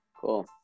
Cool